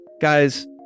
Guys